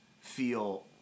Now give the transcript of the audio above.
feel